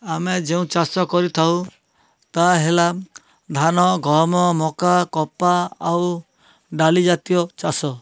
ଆମେ ଯେଉଁ ଚାଷ କରିଥାଉ ତାହା ହେଲା ଧାନ ଗହମ ମକା କପା ଆଉ ଡ଼ାଲିଜାତୀୟ ଚାଷ